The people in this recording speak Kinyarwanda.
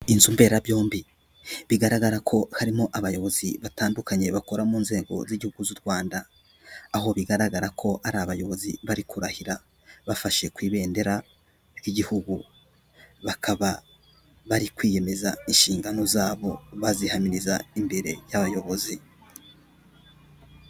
Inzu mberabyombi bigaragara ko harimo abayobozi batandukanye bakora mu nzego z'igihugu z'u Rwanda, aho bigaragara ko ari abayobozi bari kurahira bafashe ku ibendera ry'igihugu, bakaba bari kwiyemeza inshingano zabo bazihamiriza imbere y'abayobozi.